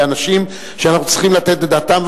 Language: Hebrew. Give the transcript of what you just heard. אלה אנשים שאנחנו צריכים לתת את דעתנו עליהם,